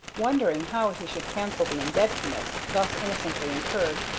wondering how he should cancel the indebtedness thus innocently incurred,